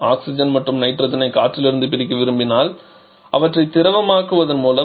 oxygen மற்றும் நைட்ரஜனை காற்றிலிருந்து பிரிக்க விரும்பினால் அவற்றை திரவமாக்குவதன் மூலம்